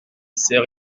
c’est